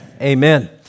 Amen